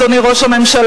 אדוני ראש הממשלה.